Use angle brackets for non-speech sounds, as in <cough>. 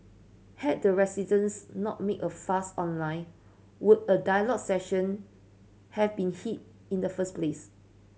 had the residents not made a fuss online would a dialogue session have been <unintelligible> in the first place